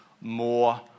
more